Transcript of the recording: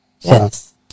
Yes